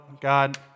God